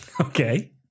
Okay